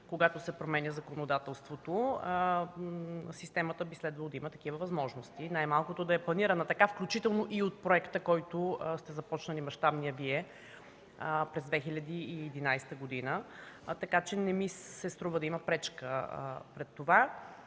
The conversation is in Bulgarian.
когато се променя законодателството. Системата би следвало да има такива възможности, най-малкото да е планирана така, включително и от мащабния проект, който сте започнали Вие през 2011 г. Така че не ми се струва да има пречка пред това.